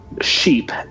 sheep